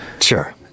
sure